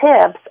tips